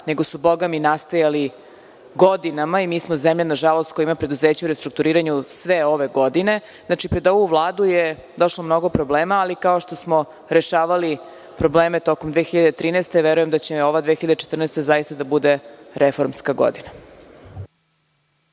nego su nastajali godinama i mi smo zemlja koja ima na žalost preduzeća u restrukturiranju sve ove godine. Znači, pred ovu Vladu je došlo mnogo problema, ali kao što smo rešavali probleme tokom 2013. godine, verujem da će ova 2014. godina zaista da bude reformska godina.